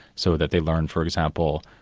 so that they learn, for example,